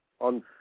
on